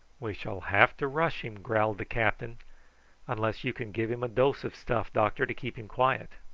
we shall have to rush him, growled the captain unless you can give him a dose of stuff, doctor, to keep him quiet.